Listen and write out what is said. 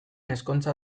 ezkontza